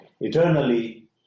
eternally